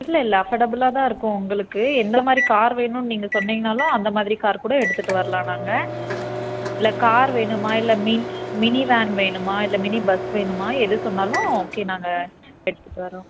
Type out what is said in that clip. இல்லை இல்லை அஃபடபுளாகதான் இருக்கும் உங்களுக்கு எந்தமாதிரி கார் வேணும்ன்னு நீங்கள் சொன்னிங்கனாலும் அந்தமாதிரி கார்கூட எடுத்துகிட்டு வர்லாம் நாங்கள் இல்லை கார் வேணுமா இல்லை மினி மினி வேன் வேணுமா இல்லை மினி பஸ் வேணுமா எது சொன்னாலும் ஓகே நாங்கள் எடுத்துகிட்டு வர்றோம்